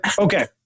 Okay